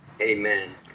amen